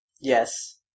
Yes